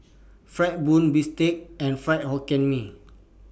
Fried Bun Bistake and Fried Hokkien Mee